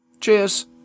cheers